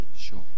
Sure